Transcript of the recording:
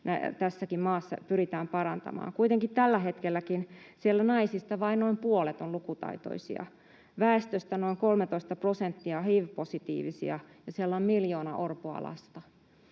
tässäkin maassa pyritään parantamaan. Kuitenkin tälläkin hetkellä siellä naisista vain noin puolet on lukutaitoisia. Väestöstä noin 13 prosenttia on hiv-positiivisia, ja siellä on miljoona orpoa lasta.